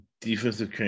defensive